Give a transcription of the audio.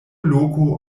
loko